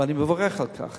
ואני מברך על כך.